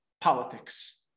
politics